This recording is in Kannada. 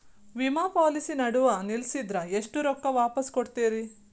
ವಿಮಾ ಪಾಲಿಸಿ ನಡುವ ನಿಲ್ಲಸಿದ್ರ ಎಷ್ಟ ರೊಕ್ಕ ವಾಪಸ್ ಕೊಡ್ತೇರಿ?